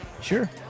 Sure